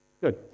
Good